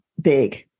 big